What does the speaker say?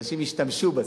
אנשים ישתמשו בסוף.